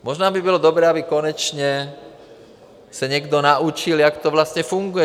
Možná by bylo dobré, aby se konečně někdo naučil, jak to vlastně funguje.